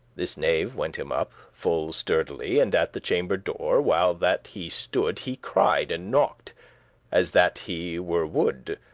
this knave went him up full sturdily, and, at the chamber door while that he stood, he cried and knocked as that he were wood